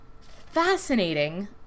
fascinating